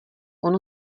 ono